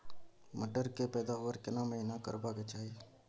मटर के पैदावार केना महिना करबा के चाही?